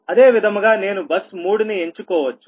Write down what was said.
అదే విధముగా నేను బస్ 3 ని ఎంచుకోవచ్చు